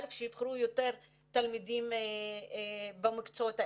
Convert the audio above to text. יבחרו יותר תלמידים במקצועות האלה,